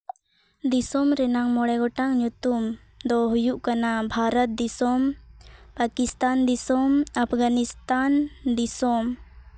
ᱫᱤᱥᱚᱢ ᱨᱮᱱᱟᱜ ᱢᱚᱬᱮ ᱜᱚᱴᱟᱝ ᱧᱩᱛᱩᱢ ᱫᱚ ᱦᱩᱭᱩᱜ ᱠᱟᱱᱟ ᱵᱷᱟᱨᱚᱛ ᱫᱤᱥᱚᱢ ᱯᱟᱹᱠᱤᱥᱛᱷᱟᱱ ᱫᱤᱥᱚᱢ ᱟᱯᱷᱜᱟᱱᱤᱥᱛᱷᱟᱱ ᱫᱤᱥᱚᱢ